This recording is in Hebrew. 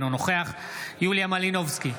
אינו נוכח יוליה מלינובסקי,